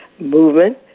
movement